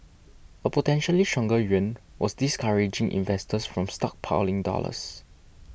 a potentially stronger yuan was discouraging investors from stockpiling dollars